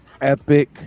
epic